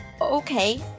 Okay